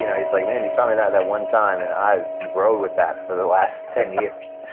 you know he was like, man, you taught me that that one time, and i've rolled with that for the last ten years.